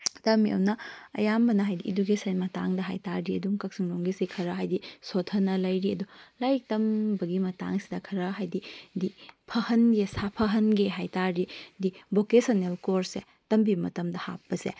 ꯇꯝꯃꯤ ꯑꯗꯨꯅ ꯑꯌꯥꯝꯕꯅ ꯍꯥꯏꯗꯤ ꯏꯗꯨꯀꯦꯁꯟ ꯃꯇꯥꯡꯗ ꯍꯥꯏꯕꯇꯥꯔꯗꯤ ꯑꯗꯨꯝ ꯀꯛꯆꯤꯡꯂꯣꯝꯒꯤꯁꯤ ꯈꯔ ꯍꯥꯏꯕꯗꯤ ꯁꯣꯊꯅ ꯂꯩꯔꯤ ꯑꯗꯨ ꯂꯥꯏꯔꯤꯛ ꯇꯝꯕꯒꯤ ꯃꯇꯥꯡꯁꯤꯗ ꯈꯔ ꯍꯥꯏꯕꯗꯤ ꯗꯤ ꯐꯍꯟꯒꯦ ꯁꯥꯐꯍꯟꯒꯦ ꯍꯥꯏꯕꯇꯥꯔꯗꯤ ꯗꯤ ꯚꯣꯀꯦꯁꯟꯅꯦꯜ ꯀꯣꯔꯁꯁꯦ ꯇꯝꯕꯤꯕ ꯃꯇꯝꯗ ꯍꯥꯞꯄꯁꯦ